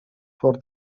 for